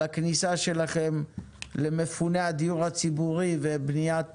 על הכניסה שלכם למפוני הדיור הציבורי ובניית